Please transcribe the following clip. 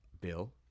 Bill